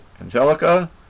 Angelica